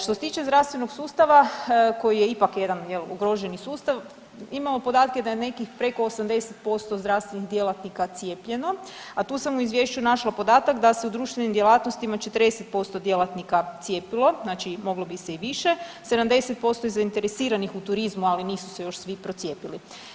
Što se tiče zdravstvenog sustava koji je ipak jedan jel ugroženi sustav imamo podatke da je nekih preko 80% zdravstvenih djelatnika cijepljeno, a tu sam u izvješću našla podatak da se u društvenim djelatnostima 40% djelatnika cijepilo, znači moglo bi se i više, 70% je zainteresiranih u turizmu, ali su se još svi procijepili.